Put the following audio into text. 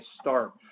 start